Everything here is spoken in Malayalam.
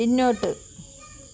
പിന്നോട്ട്